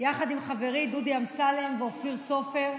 יחד עם חברי דודי אמסלם ואופיר סופר.